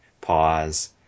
pause